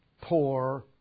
poor